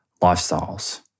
lifestyles